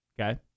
okay